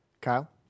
Kyle